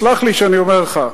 סלח לי שאני אומר לך,